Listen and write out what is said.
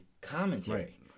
commentary